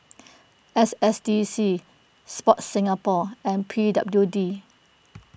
S S D C Sport Singapore and P W D